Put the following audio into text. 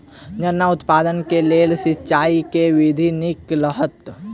गन्ना उत्पादन केँ लेल सिंचाईक केँ विधि नीक रहत?